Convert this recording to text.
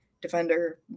defender